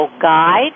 Guide